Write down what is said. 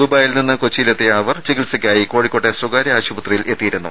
ദുബായിൽ നിന്നും കൊച്ചിയിലെത്തിയ അവർ ചികിത്സയ്ക്കായി കോഴിക്കോട്ടെ സ്വകാര്യ ആശുപത്രിയിൽ എത്തിയിരുന്നു